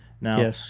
Now